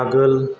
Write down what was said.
आगोल